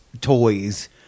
toys